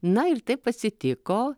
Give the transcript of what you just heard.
na ir taip atsitiko